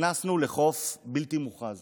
נכנסנו לחוף בלתי מוכרז